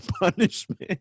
punishment